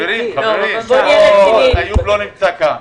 חברים, איוב לא נמצא כאן.